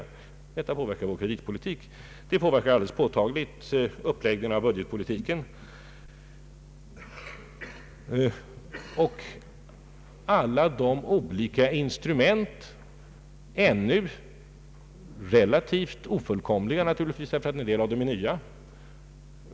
Detta påverkar vår kreditpolitik och alldeles påtagligt uppläggningen av budgetpolitiken samt alla de olika politiska instrumenten. De är ännu relativt ofullkomliga naturligtvis, och en del av dem är nya.